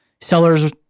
sellers